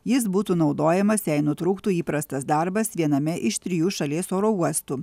jis būtų naudojamas jei nutrūktų įprastas darbas viename iš trijų šalies oro uostų